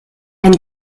ein